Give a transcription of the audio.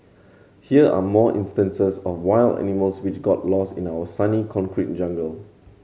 here are more instances of wild animals which got lost in our sunny concrete jungle